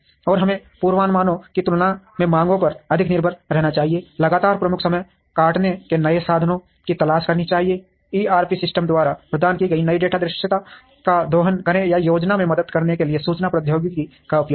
और हमें पूर्वानुमानों की तुलना में मांगों पर अधिक निर्भर रहना चाहिए लगातार प्रमुख समय काटने के नए साधनों की तलाश करनी चाहिए ईआरपी सिस्टम द्वारा प्रदान की गई डेटा दृश्यता का दोहन करें या योजना में मदद करने के लिए सूचना प्रौद्योगिकी का उपयोग करें